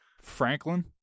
Franklin